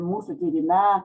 mūsų tyrime